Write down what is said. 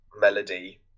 Melody